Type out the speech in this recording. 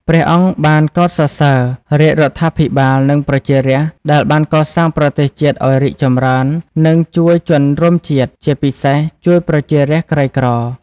ព្រះអង្គបានកោតសរសើររាជរដ្ឋាភិបាល និងប្រជារាស្ត្រដែលបានកសាងប្រទេសជាតិឱ្យរីកចម្រើន និងជួយជនរួមជាតិ ជាពិសេសជួយប្រជារាស្ត្រក្រីក្រ។